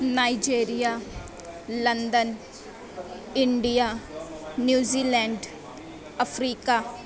Nigeria London India New Zealand Africa